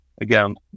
again